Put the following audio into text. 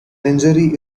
injury